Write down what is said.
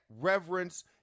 reverence